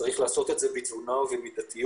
וצריך לעשות את זה בתבונה ובמידתיות.